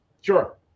Sure